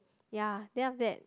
ya then after that